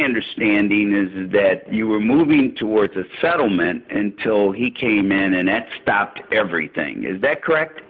understanding is that you were moving towards a settlement and till he came in and then stopped everything is that correct